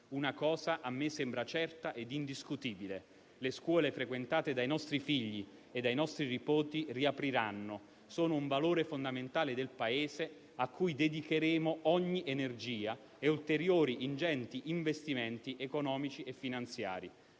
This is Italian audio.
Una cosa a me sembra certa e indiscutibile: le scuole frequentate dai nostri figli e nipoti riapriranno; sono un valore fondamentale del Paese a cui dedicheremo ogni energia e ulteriori ingenti investimenti economici e finanziari.